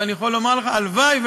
ואני יכול לומר לך: הלוואי,